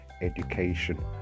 education